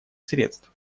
средств